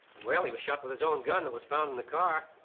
well, he was shot with his own gun that was found in the car.